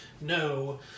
No